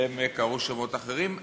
והם קראו לעצמם שמות אחרים.